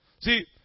See